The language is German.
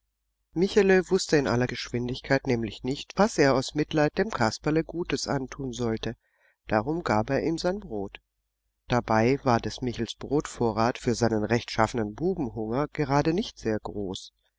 michele wußte in aller geschwindigkeit nämlich nicht was er aus mitleid dem kasperle gutes antun sollte darum gab er ihm sein brot dabei war des michels brotvorrat für seinen rechtschaffenen bubenhunger gerade nicht sehr groß